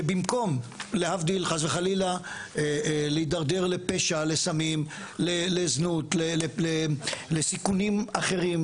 שבמקום להבדיל חס וחלילה להידרדר לפשע לסמים לזנות לסיכונים אחרים,